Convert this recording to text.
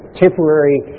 temporary